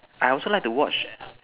I also like to watch